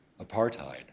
apartheid